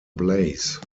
blaze